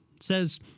Says